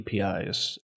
APIs